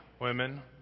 women